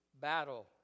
Battle